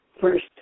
first